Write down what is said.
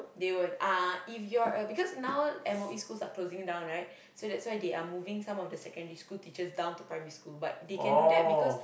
they won't uh if you're a because now M_O_E schools are closing down right so that's why they are moving secondary school teachers to down primary school but they can do that because